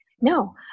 no